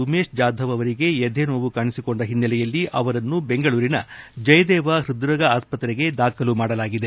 ಉಮೇಶ್ ಜಾಧವ್ ಅವರಿಗೆ ಎದೆನೋವು ಕಾಣಿಸಿಕೊಂಡ ಓನ್ನಲೆಯಲ್ಲಿ ಅವರನ್ನು ಬೆಂಗಳೂರಿನ ಜಯದೇವ ಹ್ಸದ್ರೋಗ ಆಸ್ತ್ರೆಗೆ ದಾಖಲು ಮಾಡಲಾಗಿದೆ